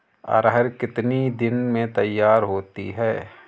अरहर कितनी दिन में तैयार होती है?